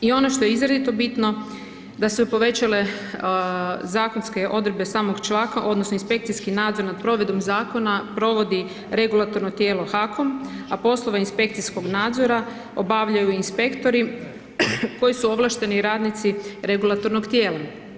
I ono što je izrazito bitno, da su se povećale zakonske odredbe samog članka odnosno inspekcijski nadzor nad provedbom zakona provodi regulatorno tijelo HAKOM, a poslove inspekcijskog nadzora obavljaju inspektori koji su ovlašteni radnici regulatornog tijela.